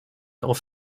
off